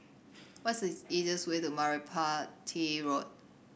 what is easiest way to Merpati Road